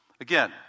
Again